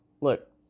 Look